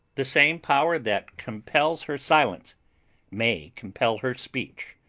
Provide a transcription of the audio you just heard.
the same power that compels her silence may compel her speech.